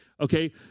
okay